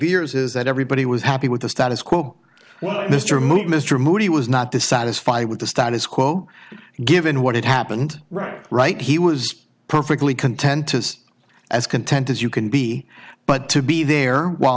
years is that everybody was happy with the status quo well mr mood mr moody was not dissatisfied with the status quo given what had happened right right he was perfectly content to as content as you can be but to be there w